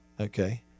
Okay